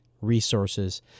resources